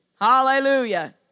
Hallelujah